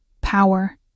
power